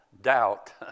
doubt